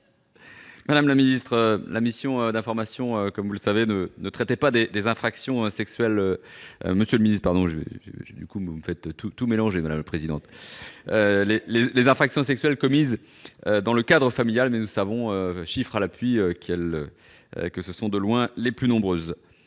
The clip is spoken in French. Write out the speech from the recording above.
Stéphane Piednoir. La mission d'information du Sénat ne traitait pas des infractions sexuelles commises dans le cadre familial, mais nous savons, chiffres à l'appui, que ce sont de loin les plus nombreuses.